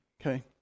okay